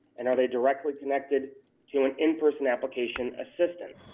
and are they directly connected to an in-person application assistant?